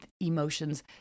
emotions